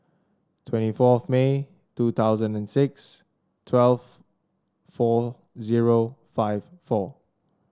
twenty four of May two thousand and six twelve four zero five four